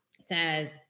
says